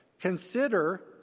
Consider